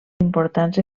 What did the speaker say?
importants